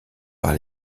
par